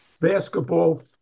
basketball